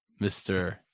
mr